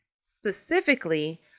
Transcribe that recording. Specifically